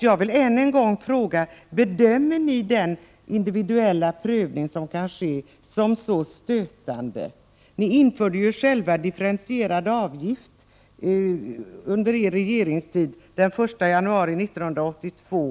Jag vill än en gång fråga: Bedömer ni den individuella prövning som kan ske som så stötande? Under er regeringstid införde ni själva differentierad avgift från den 1 januari 1982.